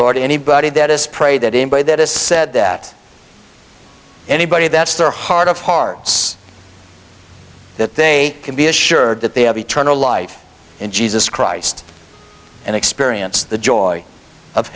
lord anybody that is pray that in by that is said that anybody that's their heart of hearts that they can be assured that they have eternal life in jesus christ and experience the joy of